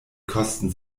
kosten